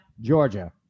Georgia